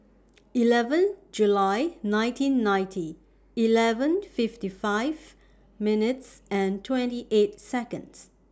eleven July nineteen ninety eleven fifty five minutes and twenty eight Seconds